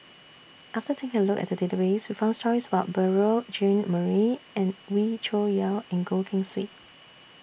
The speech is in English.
after taking A Look At The Database We found stories about Beurel Jean Marie and Wee Cho Yaw and Goh Keng Swee